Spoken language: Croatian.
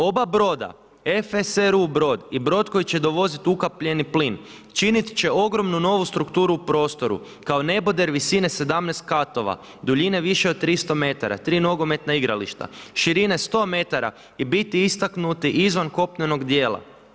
Oba broda FSRU brod i brod koji će dovoziti ukapljeni plin činit će ogromnu novu strukturu u prostoru kao neboder visine 17 katova, duljine više od 300 metara, 3 nogometna igrališta, širine 100 metara i biti istaknuti izvan kopnenog dijela.